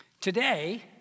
Today